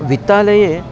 वित्तालये